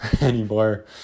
anymore